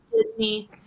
Disney